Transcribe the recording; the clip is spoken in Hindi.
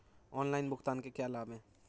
ऑनलाइन भुगतान के क्या लाभ हैं?